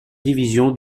division